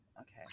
Okay